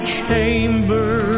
chamber